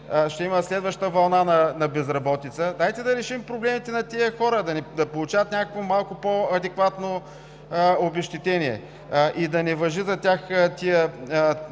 ще има следваща вълна на безработица. Дайте да решим проблемите на тези хора – да получават малко по-адекватно обезщетение и да не важат за тях тези